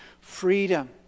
Freedom